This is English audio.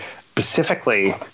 specifically